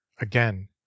Again